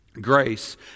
Grace